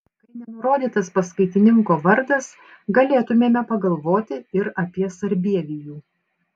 kai nenurodytas paskaitininko vardas galėtumėme pagalvoti ir apie sarbievijų